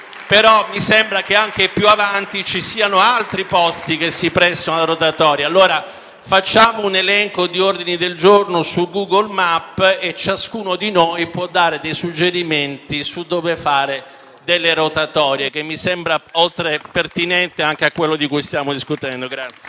però mi sembra che anche più avanti ci siano altri posti che si prestano alla rotatoria. Allora facciamo un elenco di ordini del giorno su Google Map e ciascuno di noi può dare dei suggerimenti su dove fare delle rotatorie, che mi sembra anche pertinente a quello di cui stiamo discutendo.